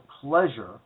pleasure